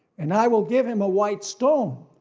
and i will give him a white stone,